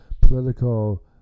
political